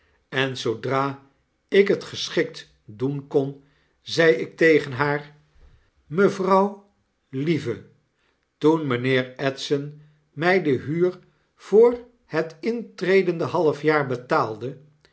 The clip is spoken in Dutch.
en zoodra ik het geschikt doen kon zei ik tegen haar mevrouw lieve toen mynheer edson mij de huur voor het intredende half jaar betaalde